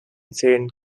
saint